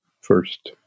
first